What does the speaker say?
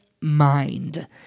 mind